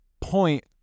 point